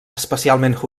especialment